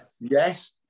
Yes